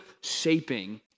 shaping